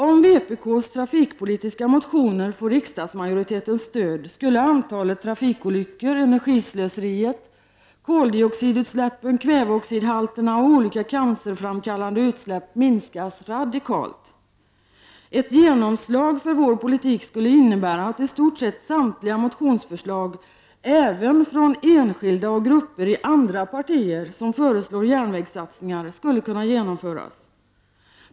Om vänsterpartiets trafikpolitiska motioner får riksdagsmajoritetens stöd skulle antalet trafikolyckor, energislöseriet, koldioxidutsläppen, kväveoxidhalterna och olika cancerframkallande utsläpp minskas radikalt. Ett genomslag för vår politik skulle innebära att i stort sett samtliga motionsförslag, även från enskilda ledamöter och grupper i andra partier som föreslår järnvägssatsningar, skulle kunna genomföras.